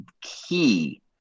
key